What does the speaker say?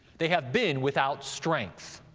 they have been without strength,